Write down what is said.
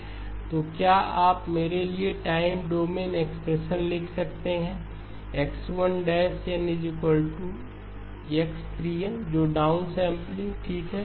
तो क्या आप मेरे लिए टाइम डोमेन एक्सप्रेशन लिख सकते हैं X1 nx 3n जो डाउन सैंपलिंग है ठीक